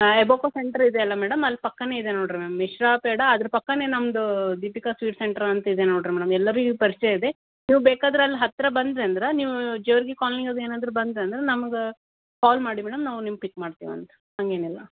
Ibaco centre ಇದೆ ಅಲಾ madam ಅಲ್ಲಿ ಪಕ್ಕನೇ ಇದೆ ನೋಡಿ ರೀ ಮ್ಯಾಮ್ ಮಿಶ್ರಾ ಪೇಡ ಅದ್ರ ಪಕ್ಕನೇ ನಮ್ಮದು ದೀಪಿಕಾ ಸ್ವೀಟ್ ಸೆಂಟ್ರ್ ಅಂತಿದೆ ನೋಡಿ ರೀ ಮೇಡಮ್ ಎಲ್ಲರಿಗೂ ಪರಿಚಯ ಇದೆ ನೀವು ಬೇಕಾದ್ರೆ ಅಲ್ಲಿ ಹತ್ತಿರ ಬಂದಿರಿ ಅಂದ್ರೆ ನೀವು ಜೇವರ್ಗಿ ಕ್ವಾಲ್ನಿ ಅದು ಏನಾದರೂ ಬಂದಿರಿ ಅಂದ್ರೆ ನಮ್ಗೆ ಕಾಲ್ ಮಾಡಿ ಮೇಡಮ್ ನಾವು ನಿಮ್ಗೆ ಪಿಕ್ ಮಾಡ್ತೀವಂತೆ ಹಂಗೇನಿಲ್ಲ